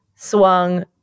Swung